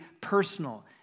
personal